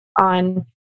on